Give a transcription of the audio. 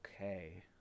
Okay